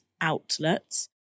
outlets